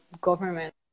government